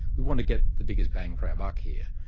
we want to get the biggest bang for our buck here.